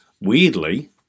weirdly